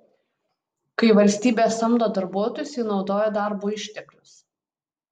kai valstybė samdo darbuotojus ji naudoja darbo išteklius